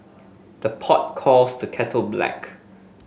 the pot calls the kettle black